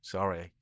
Sorry